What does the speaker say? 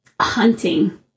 Hunting